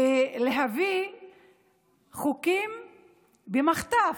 כולנו, להביא חוקים במחטף,